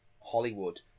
hollywood